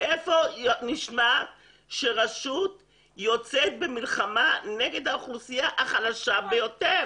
איפה נשמע שרשות יוצאת במלחמה נגד האוכלוסייה החלשה ביותר?